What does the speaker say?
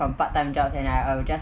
from part time jobs and like I'll just